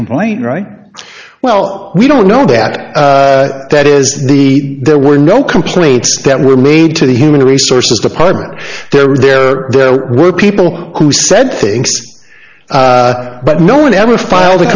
complaint right well we don't know that that is the there were no complaints that were made to the human resources department there were there were people who said things but no one ever filed a